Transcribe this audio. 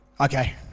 Okay